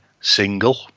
single